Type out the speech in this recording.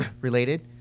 related